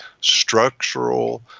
structural